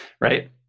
right